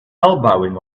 elbowing